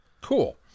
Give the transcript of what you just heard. Cool